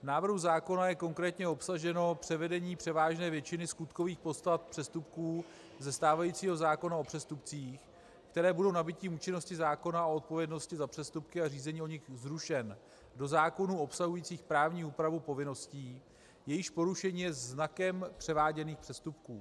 V návrhu zákona je konkrétně obsaženo převedení převážné většiny skutkových podstat přestupků ze stávajícího zákona o přestupcích, které budou nabytím účinnosti zákona o odpovědnosti za přestupky a řízení o nich zrušeny, do zákonů obsahujících právní úpravu povinností, jejichž porušení je znakem převáděných přestupků.